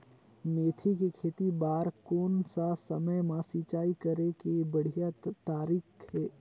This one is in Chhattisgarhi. मेथी के खेती बार कोन सा समय मां सिंचाई करे के बढ़िया तारीक हे?